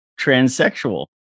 transsexual